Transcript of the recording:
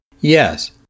Yes